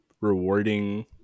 rewarding